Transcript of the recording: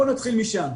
בוא נתחיל משם,